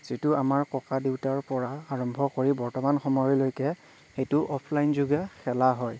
যিটো আমাৰ ককা দেউতাৰ পৰা আৰম্ভ কৰি বৰ্তমান সময়লৈকে সেইটো অফলাইন যোগে খেলা হয়